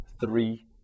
three